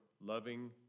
loving